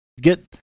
get